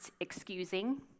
excusing